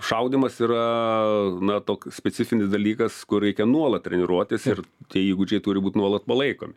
šaudymas yra na toks specifinis dalykas kur reikia nuolat treniruotis ir tie įgūdžiai turi būt nuolat palaikomi